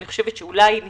אני חושבת שאולי אם